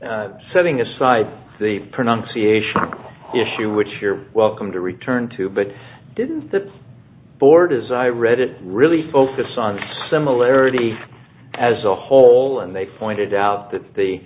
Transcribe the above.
that setting aside the pronunciation issue which you're welcome to return to but didn't the board as i read it really focus on the similarity as a whole and they pointed out that the